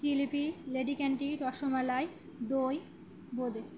জিলিপি লেডিকেনি রসমালাই দই বোঁদে